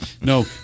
No